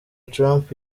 trump